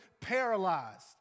paralyzed